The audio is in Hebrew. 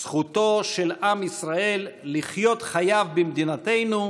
את זכותו של עם ישראל לחיות חייו במדינתנו,